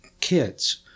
kids